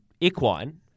equine